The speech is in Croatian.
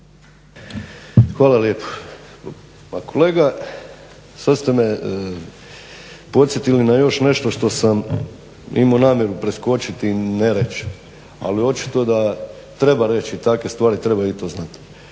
Hvala lijepo. Pa kolega sad ste me podsjetili na još nešto što sam imao namjeru preskočiti, ne reć, ali očito da treba reći takve stvari, treba i to znat.